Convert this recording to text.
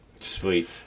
Sweet